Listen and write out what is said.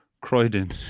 Croydon